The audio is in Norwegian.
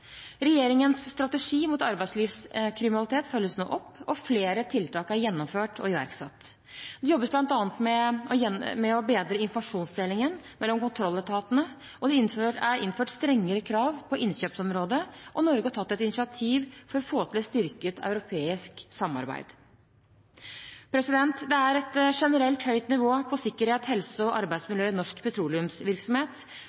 Regjeringens strategi mot arbeidslivskriminalitet følges nå opp, og flere tiltak er gjennomført og iverksatt. Det jobbes bl.a. med å bedre informasjonsdelingen mellom kontrolletatene, det er innført strengere krav på innkjøpsområdet, og Norge har tatt initiativ for å få til et styrket europeisk samarbeid. Det er et generelt høyt nivå på sikkerhet, helse og